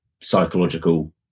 psychological